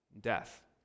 death